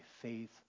faith